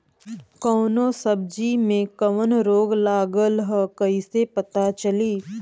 कौनो सब्ज़ी में कवन रोग लागल ह कईसे पता चली?